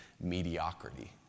mediocrity